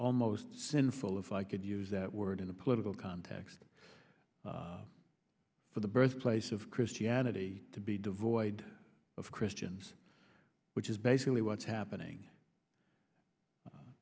almost sinful if i could use that word in the political context for the birthplace of christianity to be devoid of christians which is basically what's happening